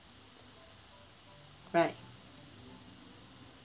right